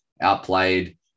outplayed